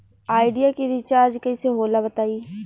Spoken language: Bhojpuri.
आइडिया के रिचार्ज कइसे होला बताई?